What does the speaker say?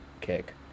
kick